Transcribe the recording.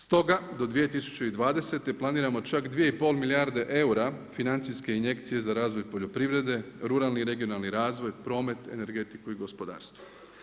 Stoga do 2020. planiramo čak 2,5 milijarde eura financijske injekcije za razvoj poljoprivrede, ruralni regionalni razvoj, promet, energetiku i gospodarstvo.